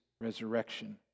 resurrection